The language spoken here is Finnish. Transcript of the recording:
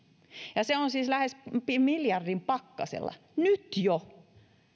ja se on siis lähes miljardin pakkasella nyt jo